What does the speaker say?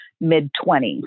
mid-20s